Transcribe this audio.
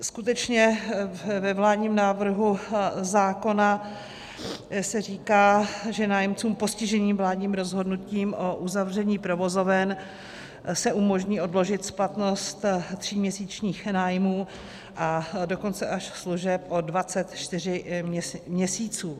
Skutečně ve vládním návrhu zákona se říká, že nájemcům postiženým vládním rozhodnutím o uzavření provozoven se umožní odložit splatnost tří měsíčních nájmů, a dokonce až služeb o 24 měsíců.